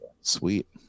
sweet